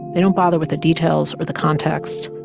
they don't bother with the details or the context.